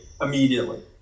immediately